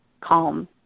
calm